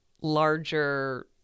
larger